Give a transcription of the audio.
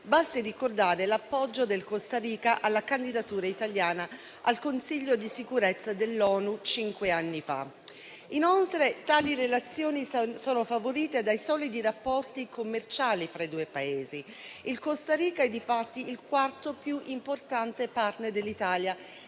6 Settembre 2023 della Costa Rica alla candidatura italiana al Consiglio di sicurezza dell’ONU cinque anni fa. Inoltre, tali relazioni sono favorite dai soliti rapporti commerciali fra i due Paesi. La Costa Rica è, infatti, il quarto più importante partner dell’Italia